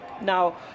Now